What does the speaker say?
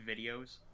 videos